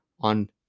on